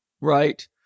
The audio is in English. Right